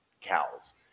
cows